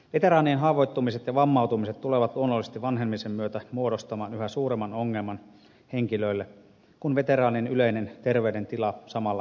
veteraanien haavoittumiset ja vammautumiset tulevat luonnollisesti vanhenemisen myötä muodostamaan yhä suuremman ongelman henkilöille kun veteraanien yleinen terveydentila samalla heikkenee